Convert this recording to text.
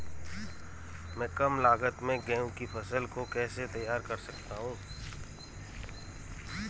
मैं कम लागत में गेहूँ की फसल को कैसे तैयार कर सकता हूँ?